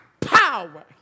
power